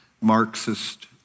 Marxist